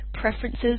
preferences